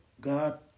God